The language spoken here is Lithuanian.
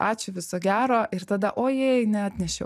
ačiū viso gero ir tada ojėj neatnešiau